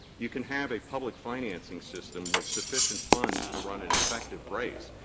you can have a public financing system with sufficient funds to run an effective race.